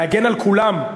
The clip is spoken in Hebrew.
להגן על כולם.